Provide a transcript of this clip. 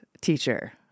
teacher